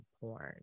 porn